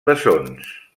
bessons